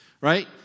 Right